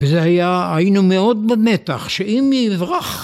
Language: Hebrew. וזה היה, היינו מאוד במתח שאם היא אברח...